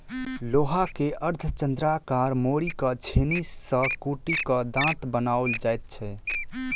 लोहा के अर्धचन्द्राकार मोड़ि क छेनी सॅ कुटि क दाँत बनाओल जाइत छै